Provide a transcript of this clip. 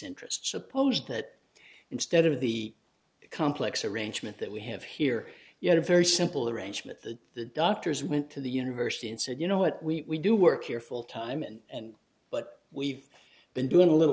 interest suppose that instead of the complex arrangement that we have here you had a very simple arrangement that the doctors went to the university and said you know what we do work here full time and and but we've been doing a little